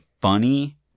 funny